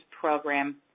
Program